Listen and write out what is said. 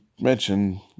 mention